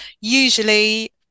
usually